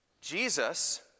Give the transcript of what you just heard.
Jesus